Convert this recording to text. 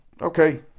Okay